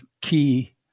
key